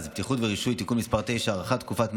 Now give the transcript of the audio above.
(בטיחות ורישוי) (תיקון מס' 9) (הארכת תקופת מעבר),